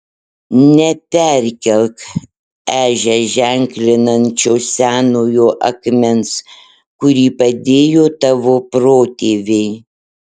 neperkelk ežią ženklinančio senojo akmens kurį padėjo tavo protėviai